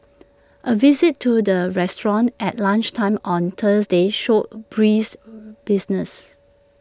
A visit to the restaurant at lunchtime on Thursday showed brisk business